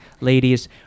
ladies